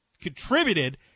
contributed